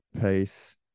pace